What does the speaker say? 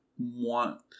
want